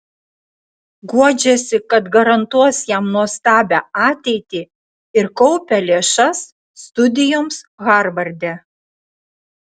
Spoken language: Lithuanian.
guodžiasi kad garantuos jam nuostabią ateitį ir kaupia lėšas studijoms harvarde